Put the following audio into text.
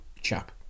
chap